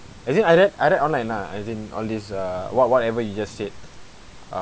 as it I did I did online lah as in all this uh what whatever you just said uh